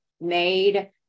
made